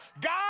God